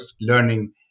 learning